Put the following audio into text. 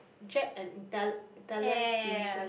Jap and Ital~ Italian fusion